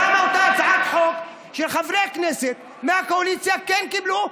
למה את אותה הצעת חוק של חברי כנסת מהקואליציה כן קיבלו,